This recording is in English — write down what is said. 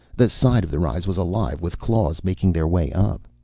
the side of the rise was alive with claws making their way up.